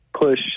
push